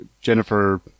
Jennifer